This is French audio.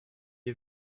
est